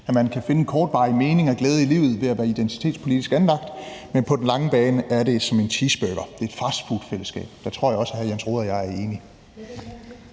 at man kan finde en kortvarig mening og glæde i livet ved at være identitetspolitisk anlagt. Men på den lange bane er det som en cheeseburger, altså et fastfoodfællesskab. Der tror jeg også at hr. Jens Rohde og jeg er enige.